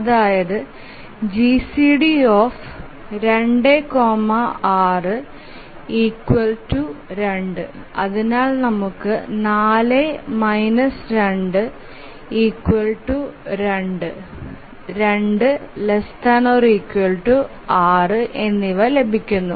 അതായത് GCD26 2 അതിനാൽ നമുക്ക് 4 2 2 2 ≤ 6 എന്നിവ ലഭിക്കുന്നു